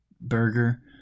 burger